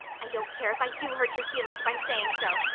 i don't care if i do hurt your feelings by saying so!